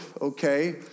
okay